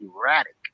erratic